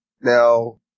now